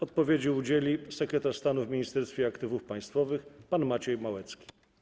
Odpowiedzi na nie udzieli sekretarz stanu w Ministerstwie Aktywów Państwowych pan Maciej Małecki.